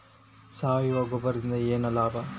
ಸಾವಯವ ಗೊಬ್ಬರದಿಂದ ಏನ್ ಲಾಭ?